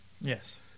Yes